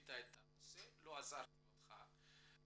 העלית את הנושא, לא עצרתי אותך כיוון